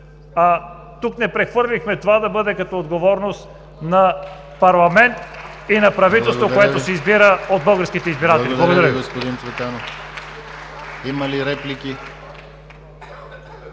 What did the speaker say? а тук не прехвърлихме това да бъде като отговорност на парламент и на правителство, което се избира от българските избиратели. Благодаря Ви. (Ръкопляскания от ГЕРБ.)